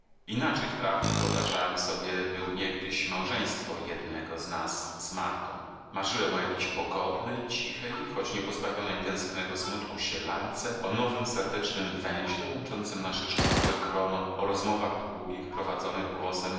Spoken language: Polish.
inaczej wprawdzie wyobrażałem sobie był niegdyś małżeństwo jednego z nas z martą marzyłem o jakiejś pogodnej cichej choć nie pozbawionej tęsknego smutku sielance o nowym serdecznym węźle łączącym nasze szczupłe grono o rozmowach długich prowadzonych głosem